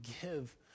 give